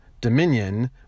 Dominion